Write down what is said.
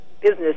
business